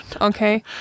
Okay